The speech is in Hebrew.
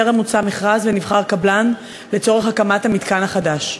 טרם הוצא מכרז וטרם נבחר קבלן לצורך הקמת המתקן החדש.